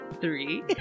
Three